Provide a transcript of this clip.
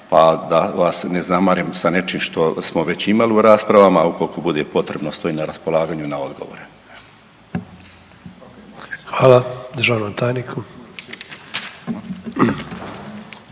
pa da vas ne zamaram sa nečim što smo već imali u raspravama. Ukoliko bude potrebno stojim na raspolaganju na odgovore. **Sanader, Ante